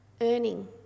earning